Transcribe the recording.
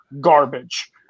garbage